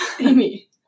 Amy